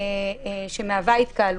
שמהווה התקהלות.